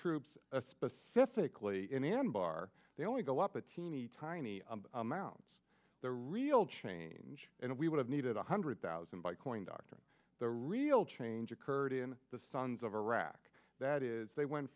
troops a specifically in anbar they only go up a teeny tiny amounts the real change and we would have needed one hundred thousand by coin doctoring the real change occurred in the sons of iraq that is they went